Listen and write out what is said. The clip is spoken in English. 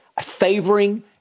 favoring